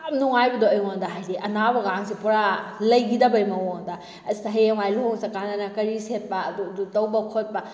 ꯌꯥꯝ ꯅꯨꯡꯉꯥꯏꯕꯗꯣ ꯑꯩꯉꯣꯟꯗ ꯍꯥꯏꯕꯗꯤ ꯑꯅꯥꯕꯀꯥꯁꯦ ꯄꯨꯔꯥ ꯂꯩꯒꯤꯗꯕꯩ ꯃꯑꯣꯡꯗ ꯑꯁ ꯍꯌꯦꯡꯋꯥꯏ ꯂꯨꯍꯣꯡ ꯆꯠꯄ ꯀꯥꯟꯗꯅ ꯀꯔꯤ ꯁꯦꯠꯄ ꯑꯗꯨ ꯑꯗꯨ ꯇꯧꯕ ꯈꯣꯠꯄ